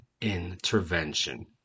intervention